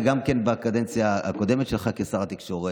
גם בקדנציה הקודמת שלך כשר התקשורת,